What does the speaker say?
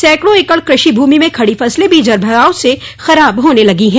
सैकड़ों एकड़ कृषि भूमि में खड़ी फसलें भी जलभराव से खराब होने लगीं हैं